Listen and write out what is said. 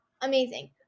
Amazing